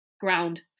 ground